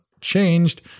changed